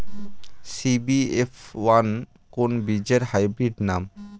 CBF one কোন বীজের hybrid নাম?